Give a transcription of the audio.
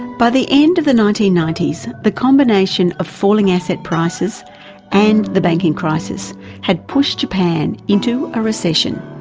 by the end of the nineteen ninety s, the combination of falling asset prices and the banking crisis had pushed japan into a recession.